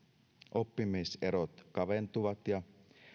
oppimiserot kaventuvat ja